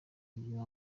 kugira